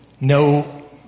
no